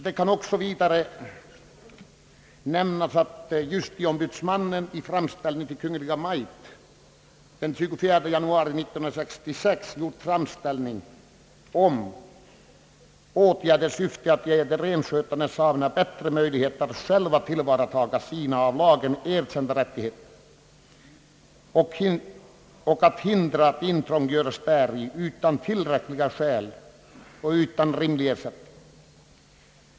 Det kan vidare nämnas att justitieombudsmannen den 24 januari 1966 gjort framställning till Kungl. Maj:t om åtgärder i syfte att ge de renskötande samerna bättre möjligheter att själva tillvarataga sina av lagen erkända rättigheter och att hindra att Om särskild styrelse för lappfonden intrång göres däri utan tillräckliga skäl och utan rimlig ersättning.